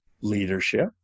leadership